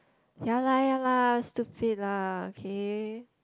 ya lah ya lah stupid lah okay